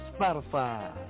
Spotify